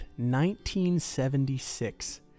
1976